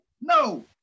no